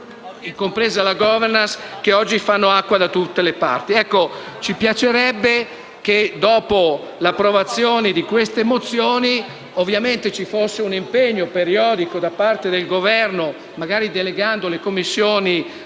Ci piacerebbe che, dopo l’approvazione di queste mozioni, ci fosse un impegno periodico da parte del Governo che, delegando le Commissioni